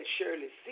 Shirley